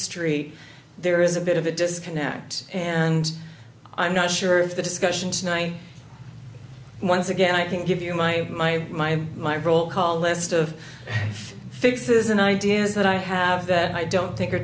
street there is a bit of a disconnect and i'm not sure if the discussion tonight once again i think give you my my my my roll call list of fixes and ideas that i have that i don't think are